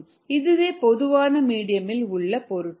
இதுவே பொதுவாக மீடியமில் உள்ள பொருட்கள்